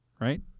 right